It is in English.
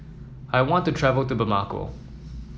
I want to travel to Bamako